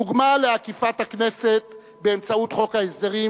דוגמה לעקיפת הכנסת באמצעות חוק ההסדרים